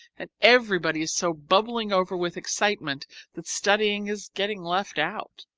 and everybody is so bubbling over with excitement that studying is getting left out.